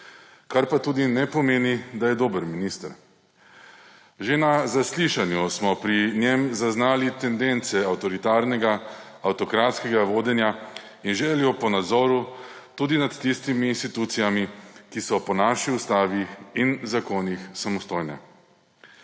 Kar pa tudi ne pomeni, da je dober minister. Že na zaslišanju smo pri njem zaznali tendence avtoritarnega, avtokratskega vodenja in željo po nadzoru, tudi nad tistimi institucijami, ki so po naši ustavi in zakonih samostojne.